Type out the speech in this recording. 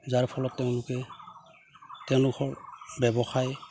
যাৰ ফলত তেওঁলোকে তেওঁলোকৰ ব্যৱসায়